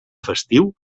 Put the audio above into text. festiu